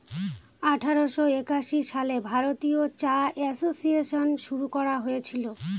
আঠারোশো একাশি সালে ভারতীয় চা এসোসিয়েসন শুরু করা হয়েছিল